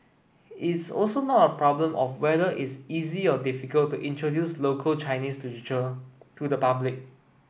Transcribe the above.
it's also not a problem of whether it's easy or difficult to introduce local Chinese literature to the public